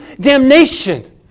damnation